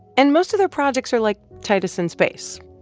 and most of their projects are like titus in space.